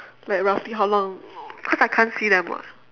like roughly how long cause I can't see them [what]